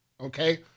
Okay